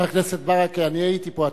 חבר הכנסת ברכה, אני הייתי פה.